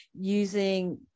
using